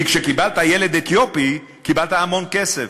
כי כשקיבלת ילד אתיופי קיבלת המון כסף.